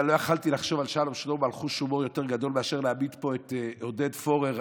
לא יכולתי לחשוב על חוש הומור יותר גדול מאשר להעמיד פה את עודד פורר.